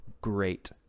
Great